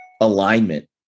alignment